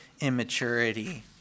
immaturity